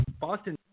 Boston